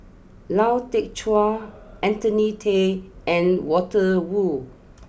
Lau Teng Chuan Anthony then and Walter Woon